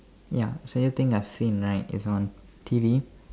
ya strangest thing I've seen right is on T_V